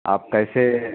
आप कैसे